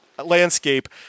Landscape